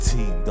Team